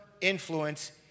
influence